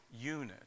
unit